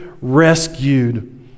rescued